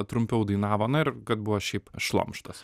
trumpiau dainavo na ir kad buvo šiaip šlamštas